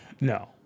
No